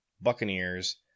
Buccaneers